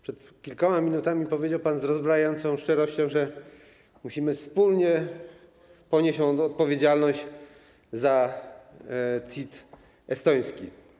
Przed kilkoma minutami powiedział pan z rozbrajającą szczerością, że musimy wspólnie ponieść tę odpowiedzialność za CIT estoński.